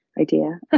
idea